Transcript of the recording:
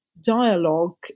dialogue